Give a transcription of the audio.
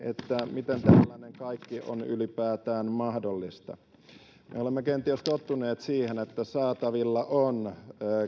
miten tällainen kaikki on ylipäätään mahdollista me olemme kenties tottuneet siihen että saatavilla on